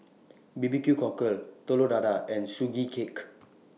B B Q Cockle Telur Dadah and Sugee Cake